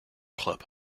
club